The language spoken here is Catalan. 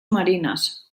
marines